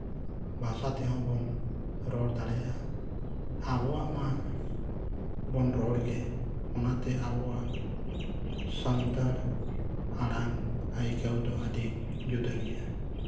ᱵᱷᱟᱥᱟ ᱛᱮᱦᱚᱸ ᱵᱚᱱ ᱨᱚᱲ ᱫᱟᱲᱮᱭᱟᱜᱼᱟ ᱟᱵᱚᱣᱟᱜ ᱢᱟᱵᱚᱱ ᱨᱚᱲᱜᱮ ᱚᱱᱟᱛᱮ ᱟᱵᱚᱣᱟᱜ ᱥᱟᱱᱛᱟᱲ ᱟᱲᱟᱝ ᱟᱹᱭᱠᱟᱹᱣ ᱫᱚ ᱟᱹᱰᱤ ᱡᱩᱫᱟᱹ ᱜᱮᱭᱟ